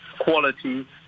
quality